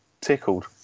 tickled